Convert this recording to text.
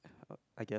I guess